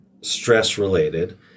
stress-related